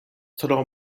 tro